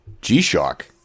G-Shock